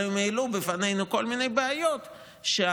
אבל הם העלו בפנינו כל מיני בעיות שאנחנו,